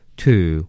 two